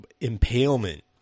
impalement